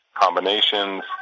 combinations